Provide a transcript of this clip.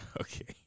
okay